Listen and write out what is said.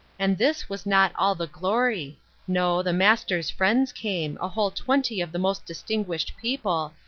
and this was not all the glory no, the master's friends came, a whole twenty of the most distinguished people,